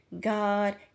God